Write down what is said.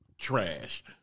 trash